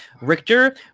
Richter